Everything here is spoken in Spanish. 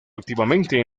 activamente